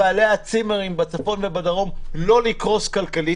לבעלי הצימרים בצפון ובדרום לא לקרוס כלכלית,